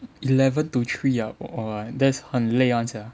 eleven to three ah !wah! that's 很累 [one] sia